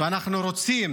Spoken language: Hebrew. ואנחנו רוצים